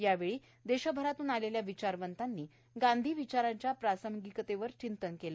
यावेळी देशभरातून आलेल्या विचारवंतांनी गांधी विचाराच्या प्रासंगिकतेवर चिंतन केलं